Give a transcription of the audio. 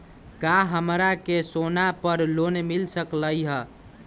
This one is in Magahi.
का हमरा के सोना पर लोन मिल सकलई ह?